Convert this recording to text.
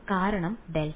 വിദ്യാർത്ഥി കാരണം ഡെൽറ്റ